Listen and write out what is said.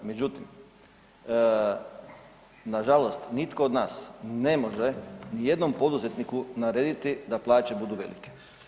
Međutim, nažalost nitko od nas ne može nijednom poduzetniku narediti da plaće budu velike.